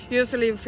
usually